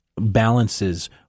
balances